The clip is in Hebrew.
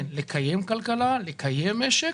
כן לקיים כלכלה, לקיים משק,